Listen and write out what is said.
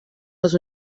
les